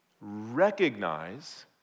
Recognize